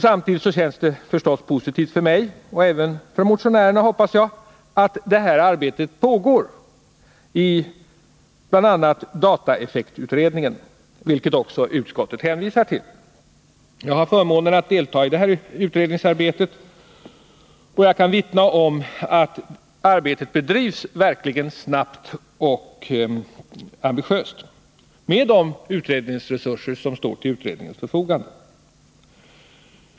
Samtidigt känns det förstås positivt för mig — och även för motionärerna, hoppas jag — att detta arbete pågår i bl.a. dataeffektutredningen, vilket också utskottet hänvisar till. Jag har förmånen att delta i utredningsarbetet, och jag kan vittna om att arbetet verkligen bedrivs snabbt och ambitiöst med de resurser som står till utredningens förfogande.